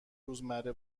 روزمره